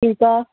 ठीकु आहे